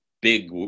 big